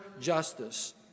justice